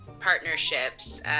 partnerships